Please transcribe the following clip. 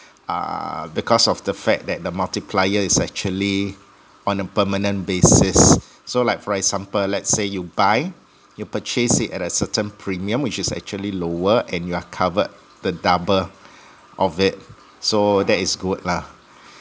uh because of the fact that the multiplier is actually on a permanent basis so like for example let's say you buy you purchase it at a certain premium which is actually lower and you are covered the double of it so that is good lah